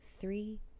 three